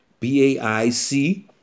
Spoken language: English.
BAIC